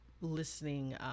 listening